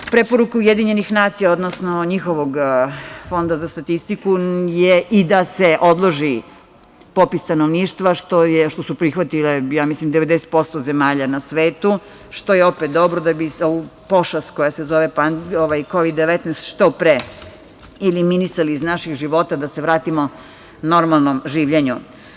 Preporuka UN, odnosno njihovog Fonda za statistiku je i da se odloži popis stanovništva, što su prihvatile, ja mislim 90% zemalja na svetu, što je opet dobro, da bi ovu pošast koja se zove Kovid-19 što pre eliminisali iz naših života da se vratimo normalnom življenju.